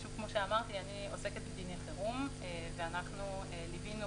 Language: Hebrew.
כמו שאמרתי אני עוסקת בדיני חירום ואנחנו ליווינו